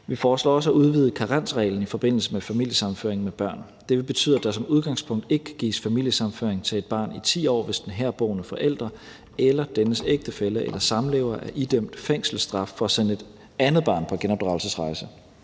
Vi foreslår også at udvide karensreglen i forbindelse med familiesammenføring med børn. Det vil betyde, at der som udgangspunkt ikke kan gives familiesammenføring til et barn i 10 år, hvis den herboende forælder eller dennes ægtefælle eller samlever er idømt fængselsstraf for at sende et andet barn på genopdragelsesrejse.